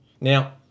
Now